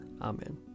Amen